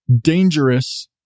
dangerous